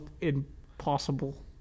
impossible